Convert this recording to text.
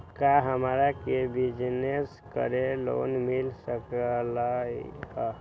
का हमरा के बिजनेस करेला लोन मिल सकलई ह?